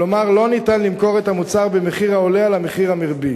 כלומר אי-אפשר למכור את המוצר במחיר העולה על המחיר המרבי,